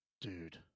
dude